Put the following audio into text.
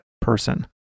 person